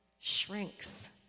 shrinks